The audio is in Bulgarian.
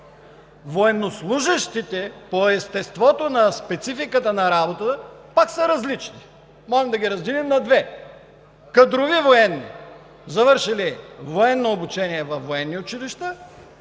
Военнослужещите по естеството на спецификата на работа пак са различни. Може да ги разделим на две – кадрови военни, завършили военно обучение във военни училища,